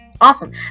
awesome